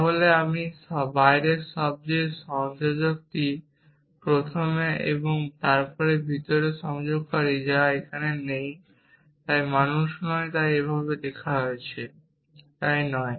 সুতরাং বাইরের সবচেয়ে সংযোজকটি প্রথমে এবং তারপর ভিতরের সংযোগকারী যা এখানে নেই তাই মানুষ নয় এভাবে লেখা হয়েছে তাই নয়